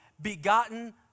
begotten